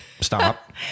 stop